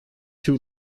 two